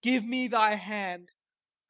give me thy hand